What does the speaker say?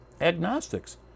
Agnostics